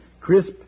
Crisp